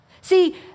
See